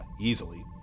easily